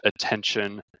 attention